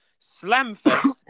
Slamfest